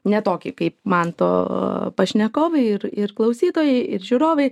ne tokį kaip manto pašnekovai ir ir klausytojai ir žiūrovai